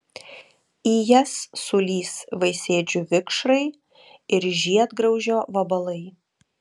į jas sulįs vaisėdžių vikšrai ir žiedgraužio vabalai